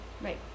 right